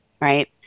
Right